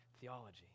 theology